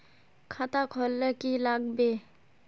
खाता खोल ले की लागबे?